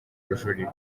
kujurira